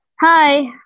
Hi